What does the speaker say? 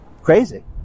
Crazy